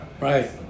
Right